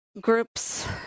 groups